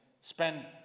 spend